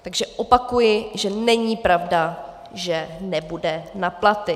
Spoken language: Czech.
Takže opakuji, že není pravda, že nebude na platy.